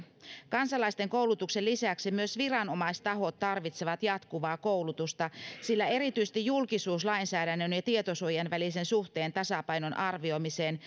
kansalaisten koulutuksen lisäksi myös viranomaistahot tarvitsevat jatkuvaa koulutusta sillä erityisesti julkisuuslainsäädännön ja tietosuojan välisen suhteen tasapainon arvioimiseen